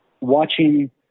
watching